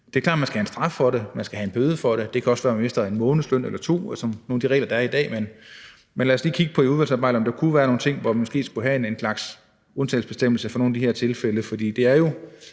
Det er klart, at man skal have en straf for det, at man skal have en bøde for det, og det kan også være, at man mister en månedsløn eller to, som det er ifølge nogle af de regler, der i dag. Men lad os lige i udvalgsarbejdet kigge på, om der kunne være nogle tilfælde, hvor vi måske skulle have en slags undtagelsesbestemmelse. For det er jo